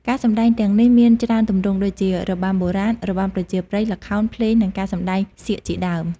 ការសម្តែងទាំងនេះមានច្រើនទម្រង់ដូចជា របាំបុរាណ របាំប្រជាប្រិយ ល្ខោន ភ្លេង និងការសម្តែងសៀកជាដើម។